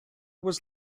was